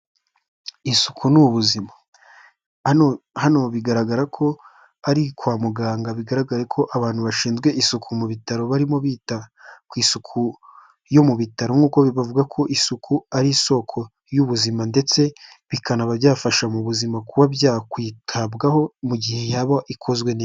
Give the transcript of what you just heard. Isuku ni ubuzima hano bigaragara ko ari kwa muganga bigaragare ko abantu bashinzwe isuku mu bitaro barimo bita ku isuku yo mu bitaro, nk'uko bavuga ko isuku ari isoko y'ubuzima ndetse bikanaba byafasha mu buzima kuba byakwitabwaho mu gihe yaba ikozwe neza.